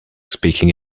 speaking